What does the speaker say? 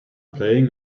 playing